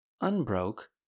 unbroke